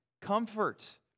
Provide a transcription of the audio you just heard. comfort